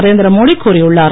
நரேந்திர மோடி கூறியுள்ளார்